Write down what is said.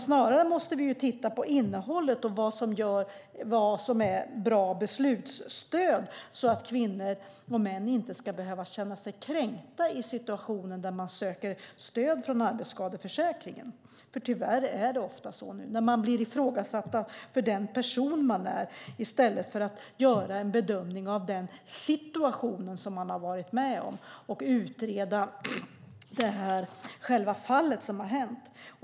Snarare måste vi titta på innehållet och på vad som är bra beslutsstöd så att kvinnor och män inte ska behöva känna sig kränkta i situationer där man söker stöd från arbetsskadeförsäkringen. Tyvärr är det nu ofta så att man blir ifrågasatt för den person man är i stället för att det görs en bedömning av den situation man har varit med om och att själva fallet utreds.